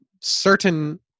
certain